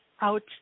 out